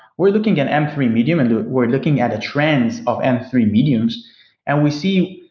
we're looking at m three medium and we're looking at trends of m three mediums and we see,